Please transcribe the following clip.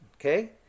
okay